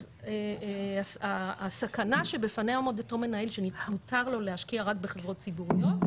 אז הסכנה שבפניה עומד אותו מנהל שמותר לא להשקיע רק בחברות ציבוריות,